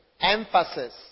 emphasis